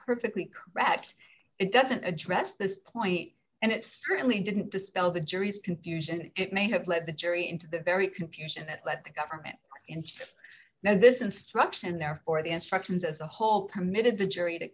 correct it doesn't address this point and it certainly didn't dispel the jury's confusion it may have led the jury into the very confusion that the government and now this instruction and therefore the instructions as a whole committed the jury to